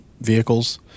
vehicles